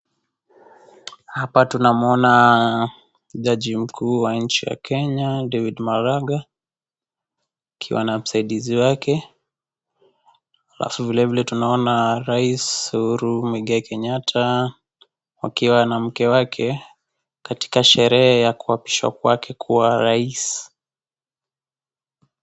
Hapa tunamwona jaji mkuu wa nchi ya Kenya David Maraga akiwa na msaidizi wake alafu vile vile tunamwona rais Uhuru Kenyatta akiwa na mke wake katika sherehe ya kuapishwa kwake kuwa rais.